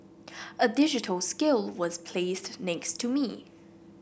a digital scale was placed next to me